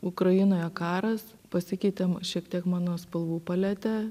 ukrainoje karas pasikeitė šiek tiek mano spalvų paletė